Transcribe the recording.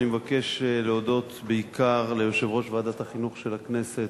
אני מבקש להודות בעיקר ליושב-ראש ועדת החינוך של הכנסת,